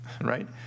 right